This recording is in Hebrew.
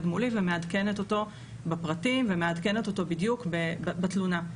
מולי ומעדכנת אותו בפרטים ומעדכנת אותו בדיוק בתלונה.